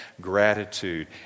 gratitude